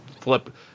flip